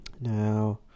Now